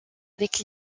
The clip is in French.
avec